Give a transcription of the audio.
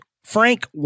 Frank